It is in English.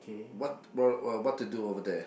what wer~ what to do over there